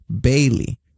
Bailey